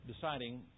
deciding